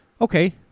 Okay